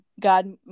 God